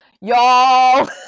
Y'all